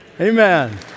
Amen